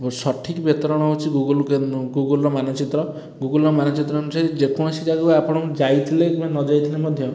ସଠିକ୍ ହେଉଛି ଗୁଗୁଲ୍ର କେନ୍ ଗୁଗୁଲ୍ର ମାନଚିତ୍ର ଗୁଗୁଲ୍ର ମାନଚିତ୍ର ଅନୁଯାୟୀ ଯେକୌଣସି ଜାଗାକୁ ଆପଣ ଯାଇଥିଲେ କିମ୍ବା ନ ଯାଇଥିଲେ ମଧ୍ୟ